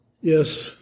Yes